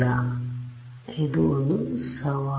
ಆದ್ದರಿಂದ ಇದು ಒಂದು ಸವಾಲು